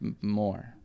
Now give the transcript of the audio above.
more